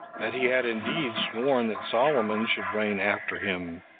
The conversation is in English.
that he had indeed sworn that solomon should reign after him,